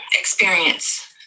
experience